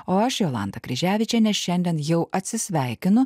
o aš jolanta kryževičienė šiandien jau atsisveikinu